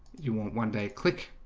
you want one day click?